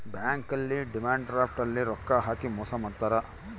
bank ಅಲ್ಲಿ demand draft ಅಲ್ಲಿ ರೊಕ್ಕ ಹಾಕಿ ಮೋಸ ಮಾಡ್ತಾರ